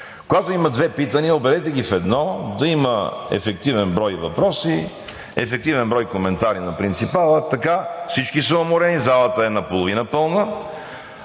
когато има две питания, обединете ги в едно, да има ефективен брой въпроси, ефективен брой коментари на принципала. Така всички са уморени, залата е наполовина пълна,